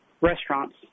restaurants